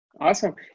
awesome